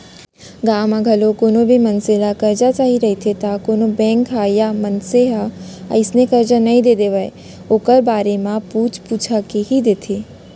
गाँव म घलौ कोनो भी मनसे ल करजा चाही रहिथे त कोनो बेंक ह या मनसे ह अइसने करजा नइ दे देवय ओखर बारे म पूछ पूछा के ही देथे